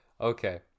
Okay